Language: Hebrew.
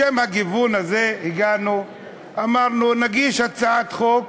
לשם הגיוון הזה אמרנו, נגיש הצעת חוק